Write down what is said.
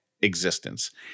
existence